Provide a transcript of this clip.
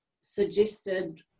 suggested